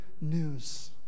news